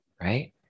right